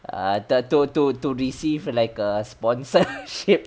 ah to to to to receive like a sponsorship